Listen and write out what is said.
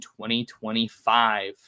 2025